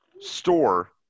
store –